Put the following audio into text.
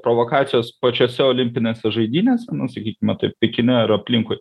provokacijos pačiose olimpinėse žaidynėse sakykime taip pekine ar aplinkui